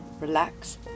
relax